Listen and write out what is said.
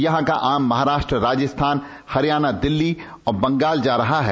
यहां का आम महाराष्ट्र राजस्थान हरियाणा दिल्ली और बंगाल जा रहा है